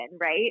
right